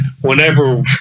whenever